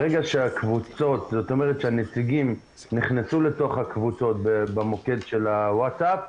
ברגע שהנציגים נכנסו לתוך הקבוצות במוקד הוואטס אפ,